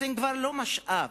אתם כבר לא משאב.